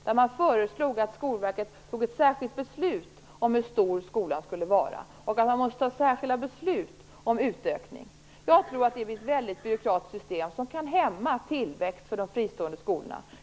Utredningen föreslog att Skolverket skulle fatta ett särskilt beslut om hur stor en skola får vara, och att man skulle vara tvungen att fatta särskilda beslut om utökning. Jag tror att det skulle bli ett väldigt byråkratiskt system, som skulle kunna hämma tillväxten för de fristående skolorna.